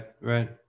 right